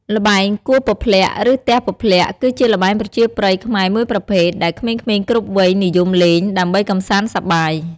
ល្បែង គោះពព្លាក់ ឬ ទះពព្លាក់ គឺជាល្បែងប្រជាប្រិយខ្មែរមួយប្រភេទ ដែលក្មេងៗគ្រប់វ័យនិយមលេង ដើម្បីកម្សាន្តសប្បាយ។